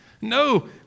No